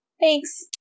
Thanks